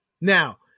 Now